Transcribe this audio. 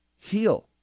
heal